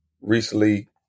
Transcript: recently